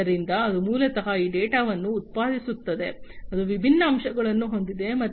ಆದ್ದರಿಂದ ಇದು ಮೂಲತಃ ಈ ಡೇಟಾವನ್ನು ಉತ್ಪಾದಿಸುತ್ತದೆ ಅದು ವಿಭಿನ್ನ ಅಂಶಗಳನ್ನು ಹೊಂದಿದೆ